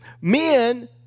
men